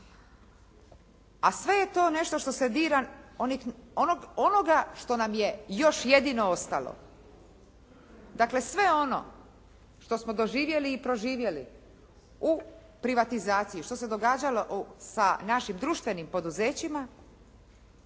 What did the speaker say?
A sve je to nešto što se dira onoga što nam je još jedino ostalo. Dakle, sve ono što smo doživjeli i proživjeli u privatizaciji, što se događalo sa našim društvenim poduzećima